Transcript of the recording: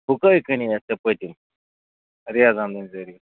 ہُہ کٔہۍ کٔنیتھ ژے پٔتِم ریاض احمدٕنۍ ذٔریعہِ